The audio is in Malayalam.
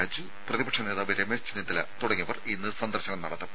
രാജു പ്രതിപക്ഷ നേതാവ് രമേശ് ചെന്നിത്തല തുടങ്ങിയവർ ഇന്ന് സന്ദർശനം നടത്തും